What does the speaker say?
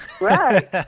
Right